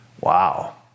Wow